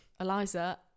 Eliza